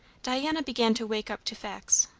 diana began to wake up to facts,